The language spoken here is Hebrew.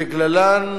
שבגללן